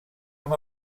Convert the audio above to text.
amb